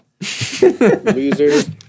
Losers